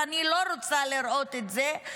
אני לא רוצה לראות את זה,